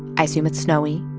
i assume it's snowy.